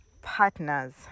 partners